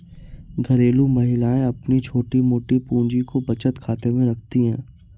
घरेलू महिलाएं अपनी छोटी मोटी पूंजी को बचत खाते में रखती है